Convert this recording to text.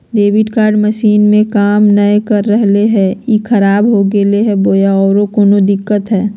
Debit card machine में काम नाय कर रहले है, का ई खराब हो गेलै है बोया औरों कोनो दिक्कत है?